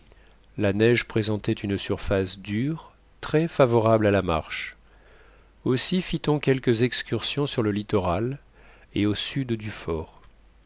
la neige présentait une surface dure très favorable à la marche aussi fit on quelques excursions sur le littoral et au sud du fort